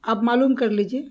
آپ معلوم کر لیجیے